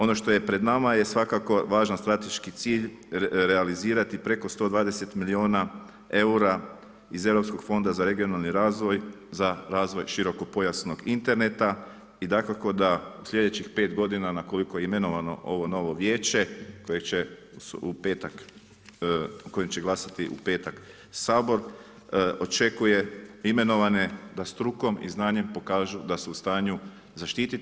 Ono što je pred nama, je svakako važan strateški cilj, realizirati preko 120 milijuna eura, iz europskog fonda za regionalni razvoj, za razvoj široko pojasnog interneta i dakako da sljedećih 5 g. na koliko je imenovano ovo novo vijeće kojeg će u petak, koji će glasati u petak Sabor, očekuje imenovane da strukom i znanjem pokažu da su u stanju zaštiti.